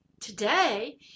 today